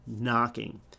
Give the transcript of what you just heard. knocking